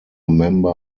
member